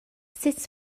sut